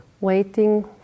waiting